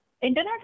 Internet